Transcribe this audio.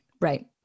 Right